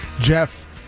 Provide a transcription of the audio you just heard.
Jeff